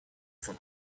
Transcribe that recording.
from